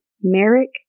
Merrick